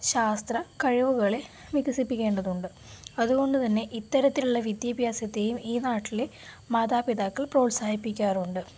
ശാസ്ത്ര കഴിവുകളെ വികസിപ്പിക്കേണ്ടതുണ്ട് അതുകൊണ്ട് തന്നെ ഇത്തരത്തിലുള്ള വിദ്യാഭ്യാസത്തെയും ഈ നാട്ടിലെ മാതാപിതാക്കൾ പ്രോത്സാഹിപ്പിക്കാറുണ്ട്